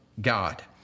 God